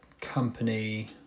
company